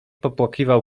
popłakiwał